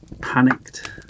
panicked